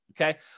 okay